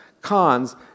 Cons